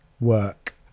work